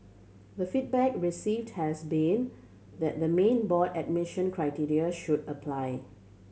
the feedback received has been that the main board admission criteria should apply